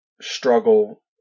struggle